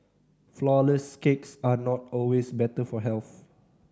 flourless cakes are not always better for health